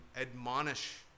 admonish